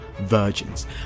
Virgins